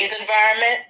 environment